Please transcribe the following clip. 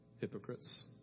hypocrites